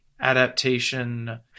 adaptation